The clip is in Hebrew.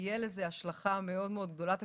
שתהיה לזה השלכה מאוד גדולה תקציבית,